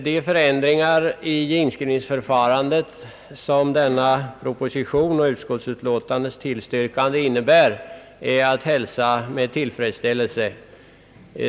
De förändringar i inskrivningsförfarandet som propositionen och utskottets tillstyrkan innebär är att hälsa med tillfredsställelse.